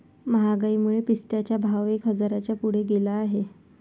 महागाईमुळे पिस्त्याचा भाव एक हजाराच्या पुढे गेला आहे